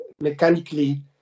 mechanically